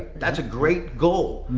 that's a great goal.